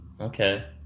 Okay